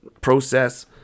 process